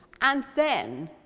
and then